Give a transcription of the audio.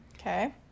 Okay